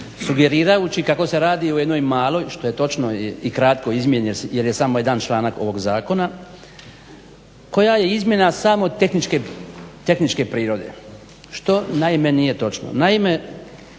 sugerirajući kako se radi o jednoj malo, što je točno, i kratkoj izmjeni jer je samo 1 članak ovog zakona, koja je izmjena samo tehničke prirode, što naime nije točno.